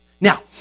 Now